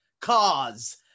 cause